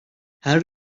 her